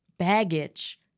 baggage